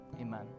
Amen